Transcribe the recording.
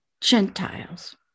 Gentiles